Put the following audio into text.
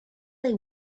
they